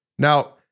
Now